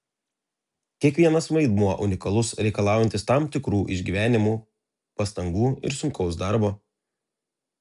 kiekvienas vaidmuo unikalus reikalaujantis tam tikrų išgyvenimų pastangų ir sunkaus darbo